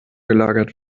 gelagert